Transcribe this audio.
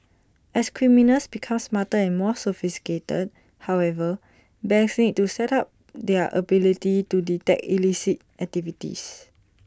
as criminals become smarter and more sophisticated however banks need to step up their ability to detect illicit activities